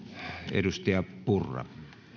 edustaja purra